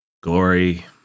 Glory